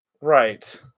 Right